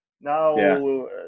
now